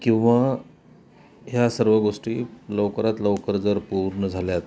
किंवा ह्या सर्व गोष्टी लवकरात लवकर जर पूर्ण झाल्यात